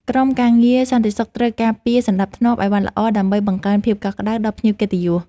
ក្រុមការងារសន្តិសុខត្រូវការពារសណ្ដាប់ធ្នាប់ឱ្យបានល្អដើម្បីបង្កើនភាពកក់ក្ដៅដល់ភ្ញៀវកិត្តិយស។